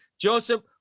Joseph